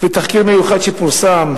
בתחקיר מיוחד שפורסם,